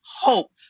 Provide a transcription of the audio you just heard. hope